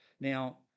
Now